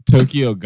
Tokyo